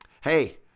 Hey